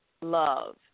love